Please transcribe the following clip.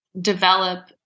develop